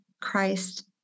Christ